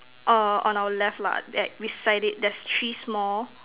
orh on our left lah at beside it there's three small